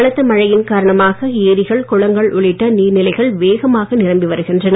பலத்த மழையின் காரணமாக ஏரிகள் குளங்கள் உள்ளிட்ட நீர் நிலைகள் வேகமாக நிரம்பி வருகின்றன